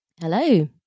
Hello